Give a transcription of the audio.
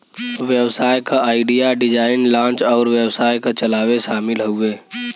व्यवसाय क idea, design, launch अउर व्यवसाय क चलावे शामिल हउवे